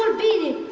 be